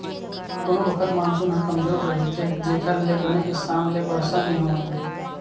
कोनो बखत मानसून ह कमजोर रहिथे जेखर ले बने किसम ले बरसा नइ होवय